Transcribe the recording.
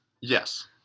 Yes